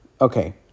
okay